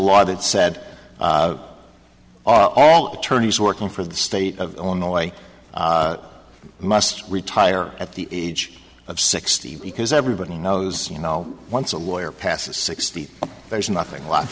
law that said all attorneys working for the state of illinois must retire at the age of sixty because everybody knows you know once a lawyer passes sixty eight there's nothing left